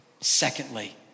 secondly